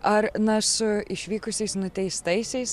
ar na su išvykusiais nuteistaisiais